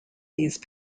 these